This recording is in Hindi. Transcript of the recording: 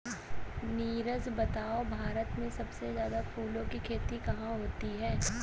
नीरज बताओ तो भारत में सबसे ज्यादा फूलों की खेती कहां होती है?